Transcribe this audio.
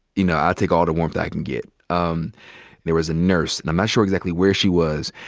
you know, i take all the warmth i can get. um there was a nurse. and i'm not sure exactly where she was.